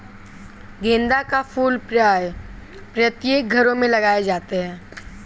गेंदा के फूल प्रायः प्रत्येक घरों में लगाए जाते हैं